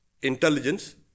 intelligence